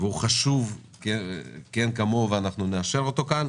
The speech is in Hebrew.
והוא חשוב ואנחנו נאשר אותו כאן,